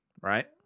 right